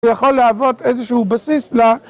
יכול לעבוד איזשהו בסיס ל...